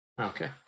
Okay